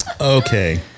Okay